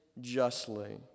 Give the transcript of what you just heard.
justly